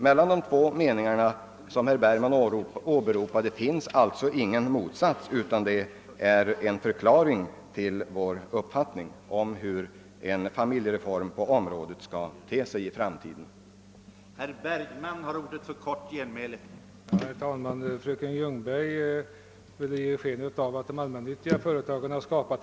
Mellan de två meningar som åberopades av herr Bergman finns alltså ingen motsats, utan det rör sig om en förklaring till vår uppfattning om hur en familjereform på området bör te sig i framtiden och vad som är nödvändigt genomföra i dag.